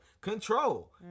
control